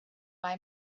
buy